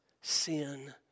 sin